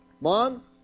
mom